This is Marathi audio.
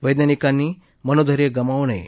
वैज्ञानिकांनी मनोधैर्य गमावू नये